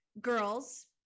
girls